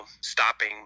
stopping